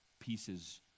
pieces